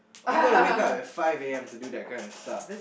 you gotta wake up at five a_m to do that kind of stuff